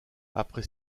après